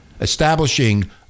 establishing